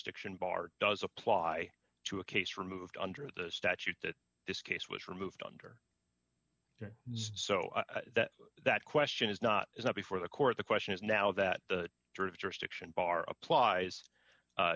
jurisdiction bart does apply to a case removed under the statute that this case was removed under such that question is not is not before the court the question is now that the tour of jurisdiction bar applies